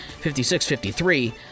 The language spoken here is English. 56-53